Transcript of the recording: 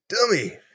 Dummy